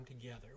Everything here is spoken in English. together